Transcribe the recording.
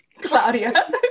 Claudia